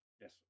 Yes